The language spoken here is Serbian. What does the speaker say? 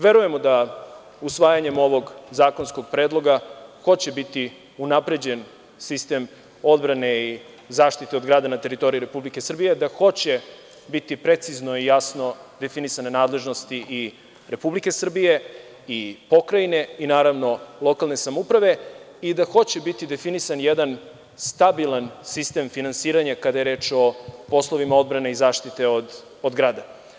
Verujemo da usvajanjem ovog zakonskog predloga hoće biti unapređen sistem odbrane i zaštite od grada na teritoriji Republike Srbije, da hoće biti precizno i jasno definisane nadležnosti i Republike Srbije i pokrajine i naravno lokalne samouprave i da hoće biti definisan jedna stabilan sistem finansiranja kada je reč o poslovima odbrane i zaštite od grada.